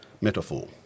metaphor